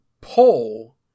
pull